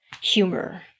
humor